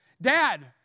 Dad